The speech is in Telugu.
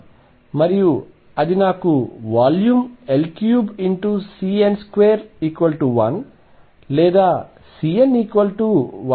మరియు అది నాకు వాల్యూమ్ L3CN21 లేదా CN1L3 ఇస్తుంది